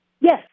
Yes